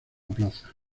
plaza